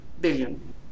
billion